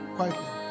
Quietly